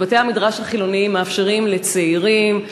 ובתי-המדרש החילוניים מאפשרים לצעירים,